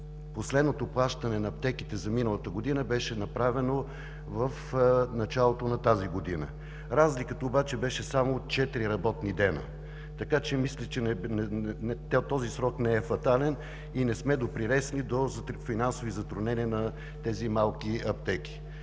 последното плащане на аптеките за миналата година беше направено в началото на тази година, разликата обаче беше само четири работни дни. Мисля, че този срок не е фатален и не сме допринесли до финансови затруднения на тези малки аптеки.